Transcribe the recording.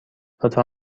لطفا